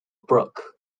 brook